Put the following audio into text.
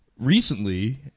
recently